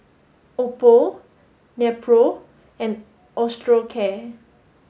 Oppo Nepro and Osteocare